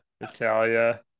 Natalia